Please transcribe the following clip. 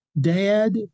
dad